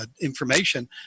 information